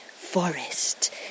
forest